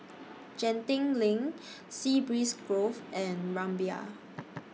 Genting LINK Sea Breeze Grove and Rumbia